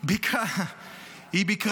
היא ביקרה במרוקו,